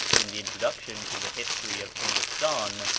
in the introduction to the history of hindostan,